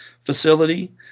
facility